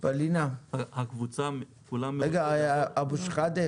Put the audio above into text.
רגע אבו שחאדה.